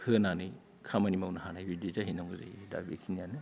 होनानै खामानि मावनो हानायबायदि जाहैनांगौ जायो दा बेखिनियानो